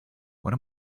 what